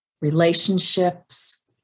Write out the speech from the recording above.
relationships